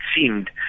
seemed